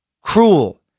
cruel